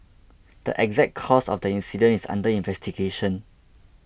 the exact cause of the incident is under investigation